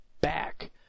back